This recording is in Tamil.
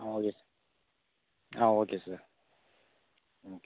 ஆ ஓகே சார் ஆ ஓகே சார் ம்